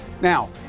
Now